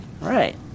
Right